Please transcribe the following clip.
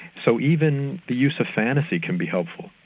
so even the use of fantasy can be helpful.